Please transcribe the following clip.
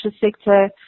sector